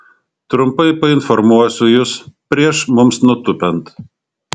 trumpai painformuosiu jus prieš mums nutūpiant